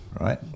right